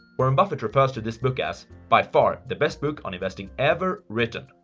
warren buffett refers to this book as by far, the best book on investing ever written.